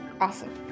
Awesome